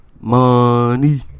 Money